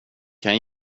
kan